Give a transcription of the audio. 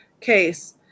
case